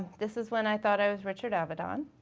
this is when i thought i was richard avedon.